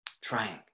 trying